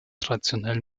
traditionell